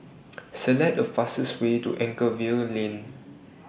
Select The fastest Way to Anchorvale Lane